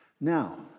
Now